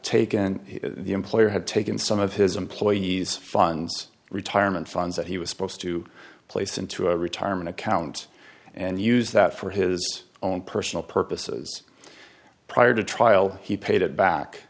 taken the employer had taken some of his employees funds retirement funds that he was supposed to place into a retirement account and use that for his own personal purposes prior to trial he paid it back